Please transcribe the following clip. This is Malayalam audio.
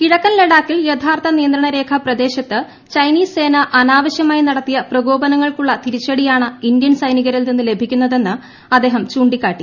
കിഴക്കൻ ലഡാക്കിൽ യഥാർത്ഥ നിയന്ത്രണരേഖ പ്രദേശത്ത് ചൈനീസ് സേന അനാവശ്യമായി നടത്തിയ പ്രകോപനങ്ങൾക്കുള്ള തിരിച്ചടിയാണ് ഇന്ത്യൻ സൈനികരിൽ നിന്ന് ലഭിക്കുന്നതെന്ന് അദ്ദേഹം ചൂണ്ടിക്കാട്ടി